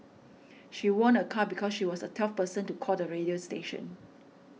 she won a car because she was a twelfth person to call the radio station